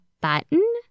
button